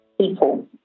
people